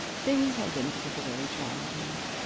things had been particularly trying to-night.